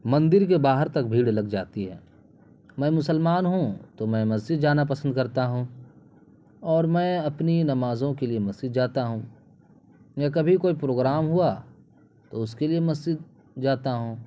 مندر کے باہر تک بھیڑ لگ جاتی ہے میں مسلمان ہوں تو میں مسجد جانا پسند کرتا ہوں اور میں اپنی نمازوں کے لیے مسجد جاتا ہوں یا کبھی کوئی پروگرام ہوا تو اس کے لیے مسجد جاتا ہوں